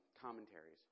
commentaries